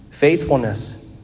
Faithfulness